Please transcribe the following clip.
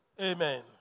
Amen